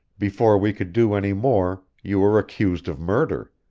before we could do any more, you were accused of murder.